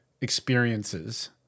experiences